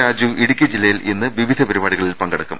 രാജു ഇടുക്കി ജില്ലയിൽ ഇന്ന് വിവിധ പരിപാടികളിൽ പങ്കെടു ക്കും